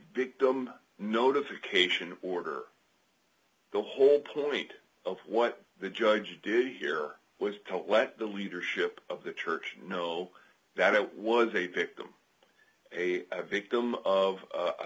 big notification order the whole point of what the judge did here was to let the leadership of the church know that it was a victim a victim of a